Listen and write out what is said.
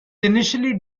initially